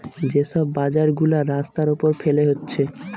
যে সব বাজার গুলা রাস্তার উপর ফেলে হচ্ছে